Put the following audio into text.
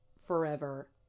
forever